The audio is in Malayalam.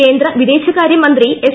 കേന്ദ്ര വിദേശകാര്യമന്ത്രി എസ്